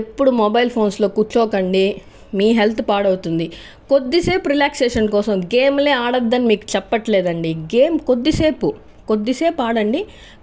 ఎప్పుడు మొబైల్ ఫోన్స్లో కూర్చోకండి మీ హెల్త్ పాడవుతుంది కొద్దిసేపు రిలాక్సేషన్ కోసం గేమ్లే ఆడొద్దని మీకు చెప్పట్లేదండి గేమ్ కొద్దిసేపు కొద్దిసేపు ఆడండి